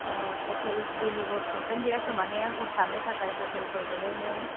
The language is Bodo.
हटेल जेनिबो प्रब्लेम गैया खोमा ने हर थानो थाखाय हटेलफोर मोनो ने